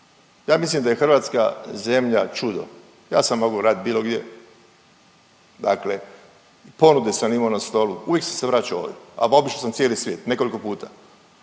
ja mislim da je Hrvatska zemlja čudo. Ja sam mogo radit bilo gdje, dakle ponude sam imao na stolu uvijek sam se vraćao ovdje, a obišao sam cijeli svijet nekoliko puta,